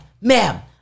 ma'am